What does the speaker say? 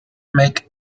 make